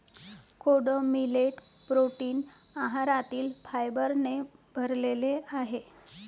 कोडो millet protein आहारातील फायबरने भरलेले आहे